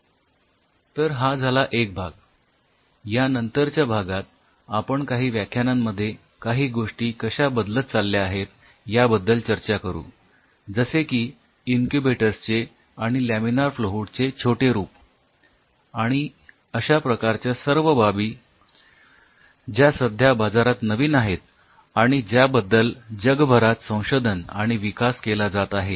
तर हा झाला एक भाग नंतरच्या भागात आपण काही व्याख्यानांमध्ये काही गोष्टी कश्या बदलत चालल्या आहेत याबद्दल चर्चा करू जसे की इन्क्युबेटर्सचे आणि लॅमिनार फ्लो हूड चे छोटे रूप आणि अश्या प्रकारच्या सर्व बाबी ज्या सध्या बाजारात नवीन आहेत आणि ज्याबद्दल जगभरात संशोधन आणि विकास केला जात आहे